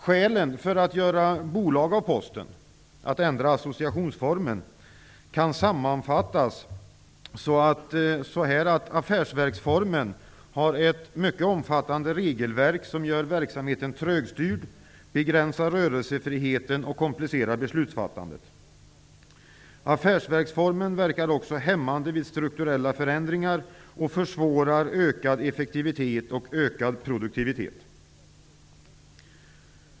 Skälen för att göra bolag av Posten och ändra associationsformen kan sammanfattas så här: Affärsverksformen har ett mycket omfattande regelverk som gör verksamheten trögstyrd, begränsar rörelsefriheten och komplicerar beslutsfattandet. Affärsverksformen verkar också hämmande vid strukturella förändringar och försvårar ökad effektivitet och ökad produktivitet.